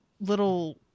little